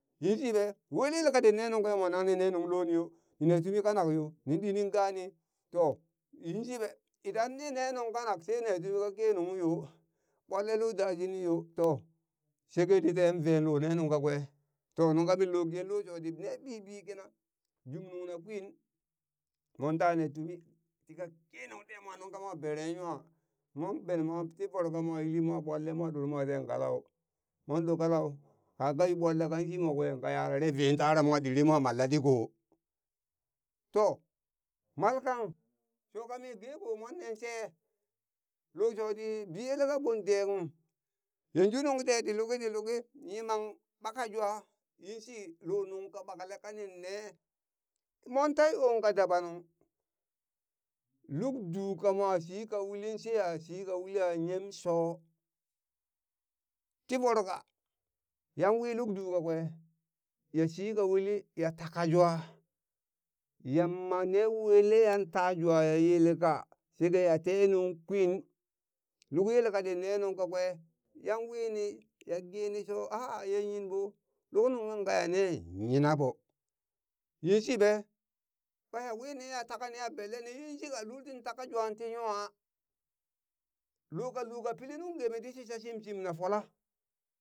Yinshibe? wele yel ka tin ne nungkwe mon ni ne nuŋ loni yo nine tumi kanak yo nin ɗi nin gani to yinshiɓe idan nine nuŋ kanak shene tumi ka kenung yo ɓwalle loda shinin yo to shekeni ten vee lo ne nung kakwe to nunka minlo ge lo shoti ne bibi kina jumnungna kwin monta ne tumi tika kenung ɗe mwa nungka mo bere nwa mon bene mwo ti voro ka mwa yili mwa ɓwele mwa ɗormwa ten kalau mon ɗo kalau kaga yu ɓwale kwen shimo kwe ka yarare ven tara mwa ɗili mwa mal laɗi ko to! mal kang sho kami ge ko monne she! lo shoti biyele ka ɓon de kung yanju nuŋ teti luki ti luki yimang ɓaka jwa yinshi lo nungka ɓakale kanin ne monta yo ka dabanung luk du kamwa shi ka ulin sheha shi ka uliha yem sho ti voroka yanwi luk du kakwe ya shika uli ya taka jwa yama ne weleyang tajwa ya yeleka shekaya te nuŋ kwin luk yel katin ne nuŋ kakwe yan wini ya geni sho a'a ye yinɓo luk nunghang kayanne yinaɓo yinshiɓe ɓaya wini ya taka ya belle ni yinshika lul tin taka jwa ti nwa loka lul ka pili nuŋ geme ti shisha shimshim na fola